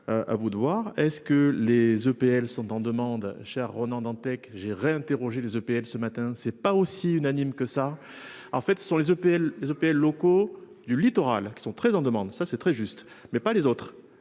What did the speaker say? À vous de voir. Est-ce que les EPL sont en demande cher Ronan Dantec j'ai réinterroger les EPL ce matin c'est pas aussi unanime que ça en fait, ce sont les APL les APL locaux du littoral qui sont très en demande ça c'est très juste mais pas les autres,